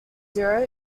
zero